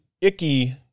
Icky